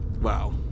Wow